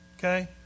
Okay